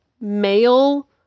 male